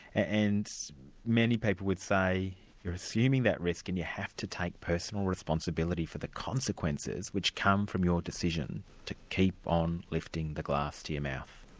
and many people would say you're assuming that risk and you have to take personal responsibility for the consequences, which come from your decision to keep on lifting the glass to your mouth.